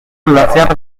glaciar